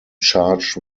charged